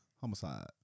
Homicide